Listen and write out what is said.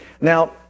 Now